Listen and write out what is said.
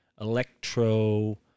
electro